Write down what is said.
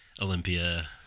Olympia